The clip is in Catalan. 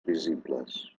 visibles